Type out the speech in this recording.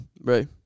Right